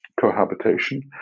cohabitation